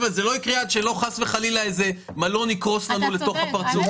לא יקרה עד שמלון יקרוס לנו לתוך הפרצוף,